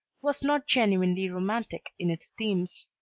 was not genuinely romantic in its themes.